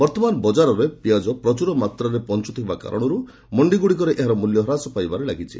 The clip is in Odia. ବର୍ତ୍ତମାନ ବଜାରରେ ପିଆଜ ପ୍ରଚୁର ମାତ୍ରାରେ ପହଞ୍ଚୁଥିବା କାରଣରୁ ମଣ୍ଡିଗୁଡ଼ିକରେ ଏହାର ମ୍ବଲ୍ୟ ହ୍ରାସ ପାଇବାରେ ଲାଗିଛି